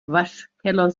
waschkeller